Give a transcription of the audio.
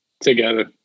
together